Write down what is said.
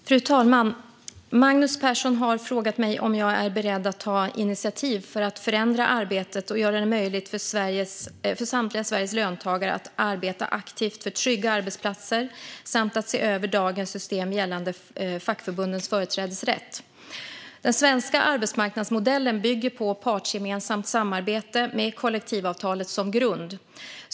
Fru talman! Magnus Persson har frågat mig om jag är beredd att ta initiativ för att förändra arbetet och göra det möjligt för samtliga Sveriges löntagare att arbeta aktivt för trygga arbetsplatser samt att se över dagens system gällande fackförbundens företrädesrätt. Den svenska arbetsmarknadsmodellen bygger på partsgemensamt samarbete med kollektivavtalet som grund.